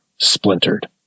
splintered